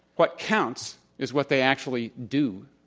what counts is what they actually do.